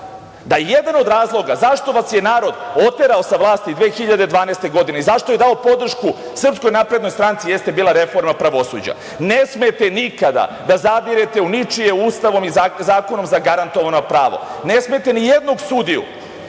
da jedan od razloga zašto vas je narod oterao sa vlasti 2012. godine i zašto je dao podršku Srpskoj naprednoj stranci jeste bila reforma pravosuđa. Ne smete nikada da zadirete u ničije Ustavom i zakonom zagarantovano pravo. Ne smete nijednog sudiju